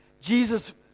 Jesus